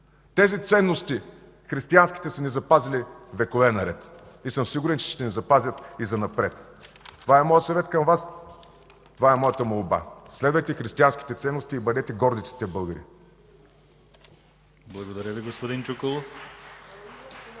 Тези ценности – християнските, са ни запазили векове наред. И съм сигурен, че ще ни запазят и занапред. Това е моят съвет към Вас. Това е моята молба – следвайте християнските ценности и бъдете горди, че сте българи!